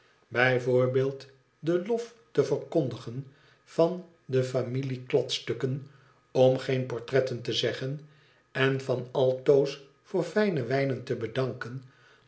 bij voorbeeld den lof te verkondigen van de familiekladstukken om geen portretten te zeggen en van altoos voor fijne wijnen te bedanken